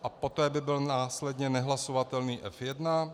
A poté by byl následně nehlasovatelný F1.